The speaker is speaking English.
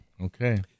Okay